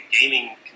gaming